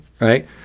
right